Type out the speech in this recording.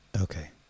Okay